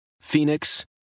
Phoenix